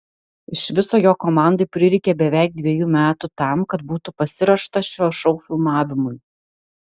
iš viso jo komandai prireikė beveik dviejų metų tam kad būtų pasiruošta šio šou filmavimui